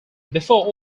before